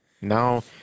Now